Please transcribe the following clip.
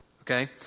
okay